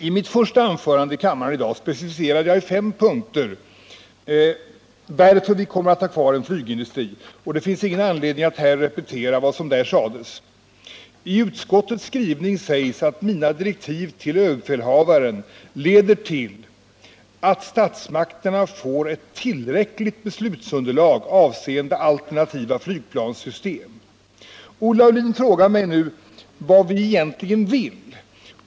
I mitt första anförande i kammaren i dag specificerade jag i fem punkter varför vi kommer att ha kvar en flygindustri, och det finns ingen anledning tillatt repetera vad som där sades. I utskottets skrivning sägs att mina direktiv till överbefälhavaren leder till att statsmakterna får ett tillräckligt beslutsunderlag avseende alternativa flygplanssystem. Olle Aulin frågar mig nu vad vi egentligen vill.